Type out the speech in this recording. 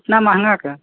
इतना महँगा किआ